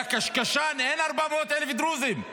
יא קשקשן, אין 400,000 דרוזים.